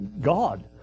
God